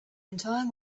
entire